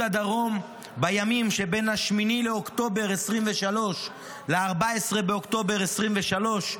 הדרום בימים שבין 8 באוקטובר 2023 ל-14 באוקטובר 2023,